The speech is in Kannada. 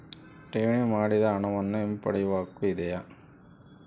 ಠೇವಣಿ ಮಾಡಿದ ಹಣವನ್ನು ಹಿಂಪಡೆಯವ ಹಕ್ಕು ಇದೆಯಾ?